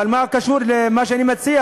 אבל מה זה קשור למה שאני מציע?